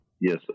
Yes